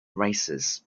races